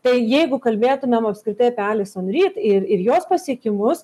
tai jeigu kalbėtumėm apskritai apie ales onryt ir ir jos pasiekimus